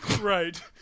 Right